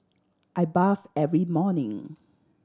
I bath every morning